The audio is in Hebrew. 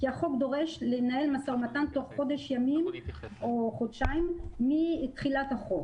כי החוק דורש לנהל משא ומתן תוך חודש ימים או חודשיים מתחילת החוק.